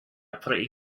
pretty